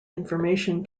information